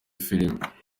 filime